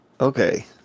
Okay